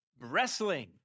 wrestling